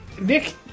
Nick